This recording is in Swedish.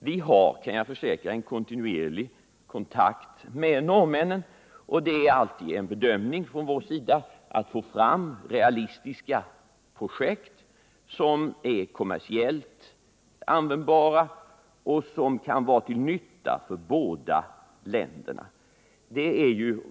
Vi har, kan jag försäkra, en kontinuerlig kontakt med norrmännen, och det är alltid en bedömning från vår sida att få fram realistiska projekt som är kommersiellt användbara och som kan vara till nytta för båda länderna.